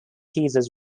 thesis